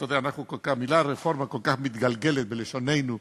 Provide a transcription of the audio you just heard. אתה יודע, המילה רפורמה כל כך מתגלגלת על לשוננו.